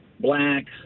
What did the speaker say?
blacks